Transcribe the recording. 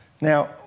Now